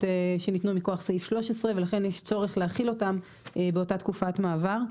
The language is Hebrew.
שניתנו בכוח סעיף 13 ולכן יש צורך להחיל אותם באותה תקופת מעבר.